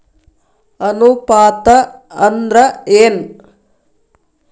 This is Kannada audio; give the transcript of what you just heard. ಅನುಪಾತ ಅಂದ್ರ ಏನ್?